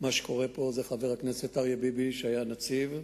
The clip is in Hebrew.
במה שקורה בו, זה חבר הכנסת אריה ביבי, שהיה נציב,